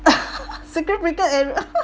circuit breaker area